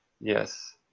yes